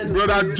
Brother